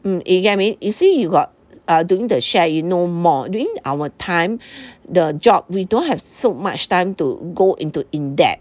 mm you get what I mean you see you got err doing the share you know more during our time the job we don't have so much time to go into in depth